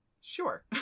Sure